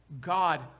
God